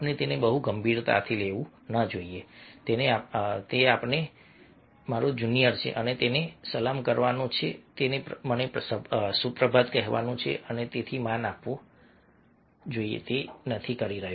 આપણે તેને બહુ ગંભીરતાથી ન લેવું જોઈએ કે તમે જોશો કે તે મારો જુનિયર છે અને તેણે મને સલામ કરવાનો છે તેણે મને સુપ્રભાત કહેવાનું છે અને તેથી માન આપવું જોઈએ અને તે નથી કરી રહ્યો